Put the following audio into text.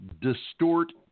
distort